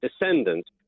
descendants